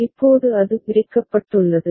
இப்போது அது பிரிக்கப்பட்டுள்ளது